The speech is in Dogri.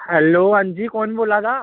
हैलो अंजी कुन्न बोल्ला दा